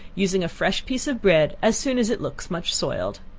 using a fresh piece of bread as soon as it looks much soiled.